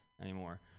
anymore